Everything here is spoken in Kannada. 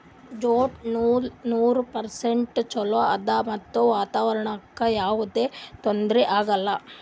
ಜ್ಯೂಟ್ ನೂಲ್ ನೂರ್ ಪರ್ಸೆಂಟ್ ಚೊಲೋ ಆದ್ ಮತ್ತ್ ವಾತಾವರಣ್ಕ್ ಯಾವದೇ ತೊಂದ್ರಿ ಆಗಲ್ಲ